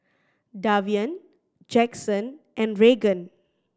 Davian Jackson and Regan